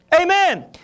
Amen